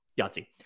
Yahtzee